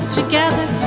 together